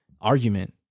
argument